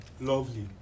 Lovely